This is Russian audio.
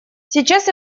сейчас